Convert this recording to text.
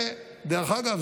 דרך אגב,